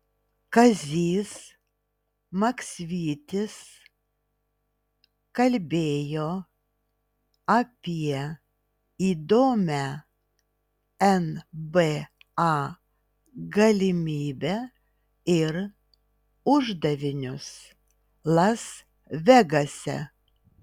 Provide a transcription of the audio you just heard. kazys maksvytis kalbėjo apie įdomią nba galimybę ir uždavinius las vegase